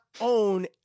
own